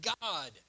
God